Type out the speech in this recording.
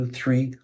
three